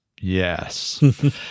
yes